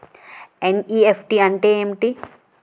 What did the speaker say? NEFT అంటే ఏమిటి?